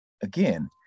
again